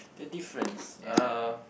the difference uh